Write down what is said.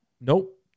Nope